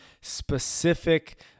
specific